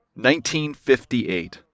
1958